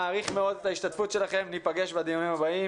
מעריך את ההשתתפות שלכם וניפגש בדיונים הבאים.